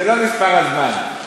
לא נספר הזמן.